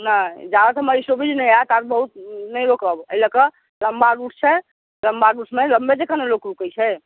नहि जाबत हमर स्टॉपिज नहि आयत ताबत बहुत नहि रोकब अइ लऽ कऽ लम्बा रूट छै लम्बा रूटमे लम्बे जकाँ ने लोक रुकै छै